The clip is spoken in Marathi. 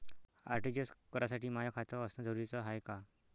आर.टी.जी.एस करासाठी माय खात असनं जरुरीच हाय का?